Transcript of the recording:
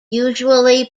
usually